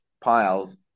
piles